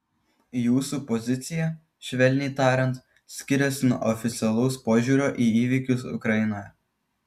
jūsų pozicija švelniai tariant skiriasi nuo oficialaus požiūrio į įvykius ukrainoje